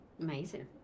amazing